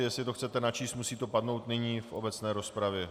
Jestli to chcete načíst, musí to padnout nyní v obecné rozpravě.